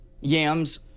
Yams